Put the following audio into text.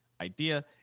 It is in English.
idea